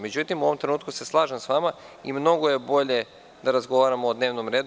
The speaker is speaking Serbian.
Međutim, u ovom trenutku se slažem sa vama, i mnogo je bolje da razgovaramo o dnevnom redu.